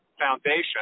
Foundation